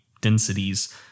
densities